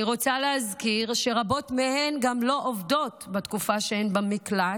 אני רוצה להזכיר שרבות מהן גם לא עובדות בתקופה שהן במקלט,